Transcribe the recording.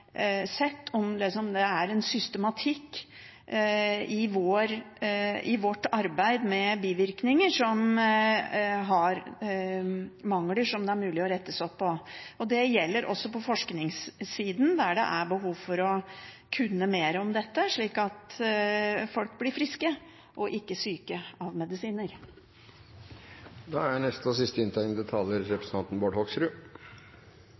sett om det er systematiske mangler i vårt arbeid med bivirkninger som det er mulig å rette opp. Det gjelder også på forskningssiden, der det er behov for å kunne mer om dette, slik at folk blir friske, ikke syke, av medisiner. Det viktige er